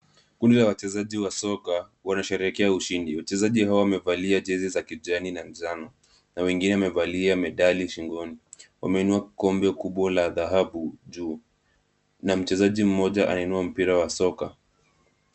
Kundi la wachezaji wa soka wanasherehekea ushindi. Wachezaji hawa wamevalia jezi za kijani na njano na wengine wamevalia medali shingoni. Wameinua kombe kubwa la dhahabu juu na mchezaji mmoja ainua mpira wa soka.